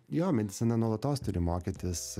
jo medicina nuolatos turi mokytis